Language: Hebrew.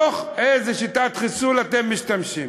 באיזו שיטת חיסול אתם משתמשים.